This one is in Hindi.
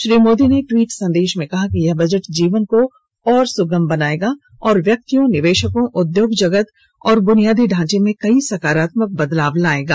श्री मोदी ने द्वीट संदेशों में कहा कि यह बजट जीवन को और सुगम बनाएगा और व्यक्तियों निवेशकों उद्योग जगत और बुनियादी ढांचे में कई सकारात्मक बदलाव लाएगा